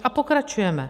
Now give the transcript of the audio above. A pokračujeme.